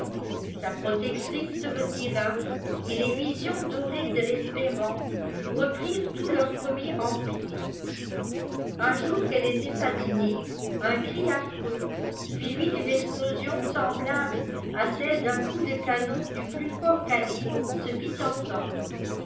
sa protectrice se retira et les visions dorées de l'espérance reprirent tout leur premier empire un jour qu'elle était à dîner un cri affreux suivi d'une explosion semblable à celle d'un oup de canon du plus fort calibre se fît entendre